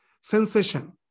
sensation